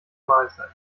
mahlzeit